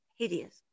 Hideous